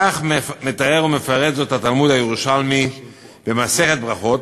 כך מתאר ומפרט זאת התלמוד הירושלמי במסכת ברכות.